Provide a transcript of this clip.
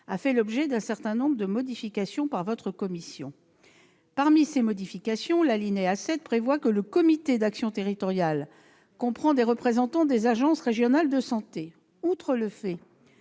a fait l'objet d'un certain nombre de modifications par votre commission. Parmi ces modifications, l'alinéa 7 prévoit que le comité d'action territoriale comprend des représentants des agences régionales de santé. Outre le fait